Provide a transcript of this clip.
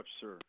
sir